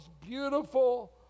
beautiful